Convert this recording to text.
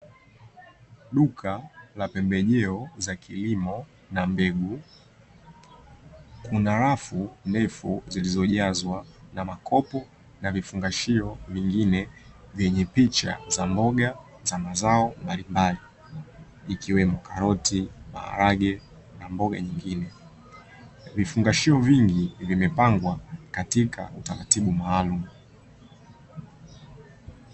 Duka la pembejeo za kilimo na mbegu kuna rafu ndefu zilizojazwa na makopo na vifungashio mingine vyenye picha za mboga za mazao mbalimbali ikiwemo karoti maharage na mboga nyingine vifungashio vingi vimepangwa katika utaratibu maalumu.